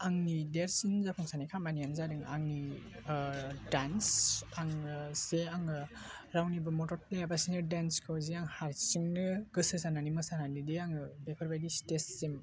आंनि देरसिन जाफुंसारनाय खामानियानो जादों आंनि दान्स आङो से आङो रावनिबो मदद लायालासेनो देन्सखौ जे आं हारसिंनो गोसो जानानै मोसानानै आङो बेफोरबादि स्टेजसिम